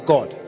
God